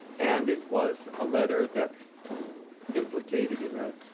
and it was a letter that implicated, in a.